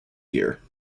year